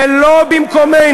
אבו מאזן, ולא במקומנו.